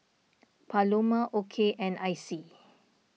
Paloma Okey and Icy